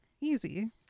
Easy